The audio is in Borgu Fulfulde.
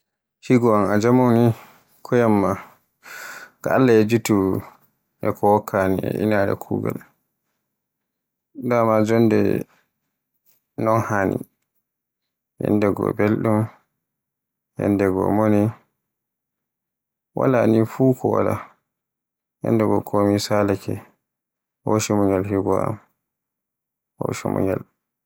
Higo am a jamo ni, ko yanma, ga Alla ni yejjiti ko wakkani e inaare kugaal. Daman jonde non haani, ñyanndego belɗum, ñyanndego mone, wala ni fuf ko wala, ñyanndego komi salaato, hoccu munyal higo am, hoccu munyal.